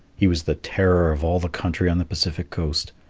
he was the terror of all the country on the pacific coast.